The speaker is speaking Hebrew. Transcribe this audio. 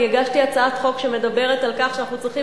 אני הגשתי הצעת חוק שמדברת על כך שאנחנו צריכים